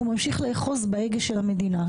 הוא ממשיך לאחוז בהגה של המדינה.